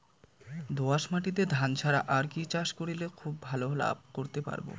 দোয়াস মাটিতে ধান ছাড়া আর কি চাষ করলে খুব ভাল লাভ করতে পারব?